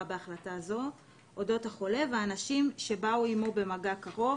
בהחלטה זו על אודות החולה והאנשים שבאו עמו במגע קרוב,